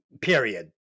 Period